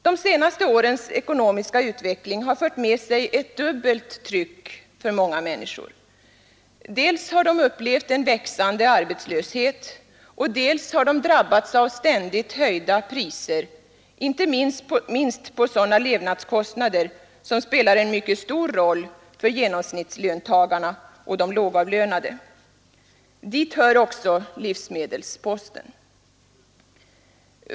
De senaste årens ekonomiska utveckling har fört med sig ett dubbelt tryck för många människor. Dels har de upplevt en växande arbetslöshet, dels har de drabbats av ständigt höjda priser, inte minst på sådana levnadskostnader som spelar en mycket stor roll för genomsnittslöntagarna och de lågavlönade. Dit hör också livsmedelsposten.